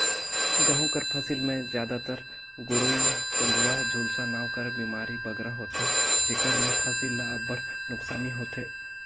गहूँ कर फसिल में जादातर गेरूई, कंडुवा, झुलसा नांव कर बेमारी बगरा होथे जेकर ले फसिल ल अब्बड़ नोसकानी होथे